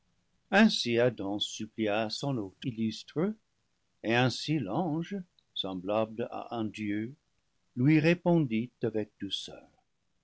ainsi adam supplia son hôte illustre et ainsi l'ange semblable à un dieu lui répondit avec douceur